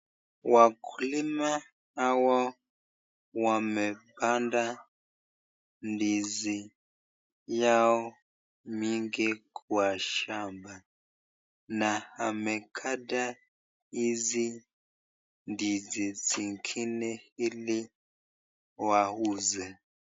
Wakulima hawa wamepanga ndizi yao mingi kwa shamba na amekata hizi ndizi zingine hili wauze.